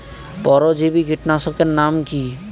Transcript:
পরজীবী কীটনাশকের নাম কি?